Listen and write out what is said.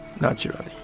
naturally